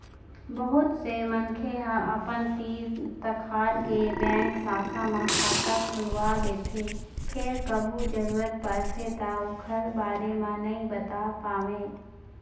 बहुत से मनखे ह अपन तीर तखार के बेंक शाखा म खाता खोलवा लेथे फेर कभू जरूरत परथे त ओखर बारे म नइ बता पावय